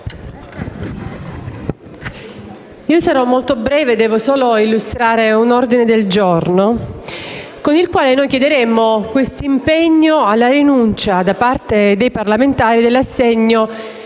io sarò molto breve, perché devo solo illustrare un ordine del giorno con il quale chiediamo l'impegno alla rinuncia da parte dei parlamentari dell'assegno